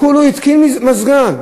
כולה התקין מזגן.